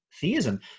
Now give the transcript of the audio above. theism